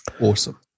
Awesome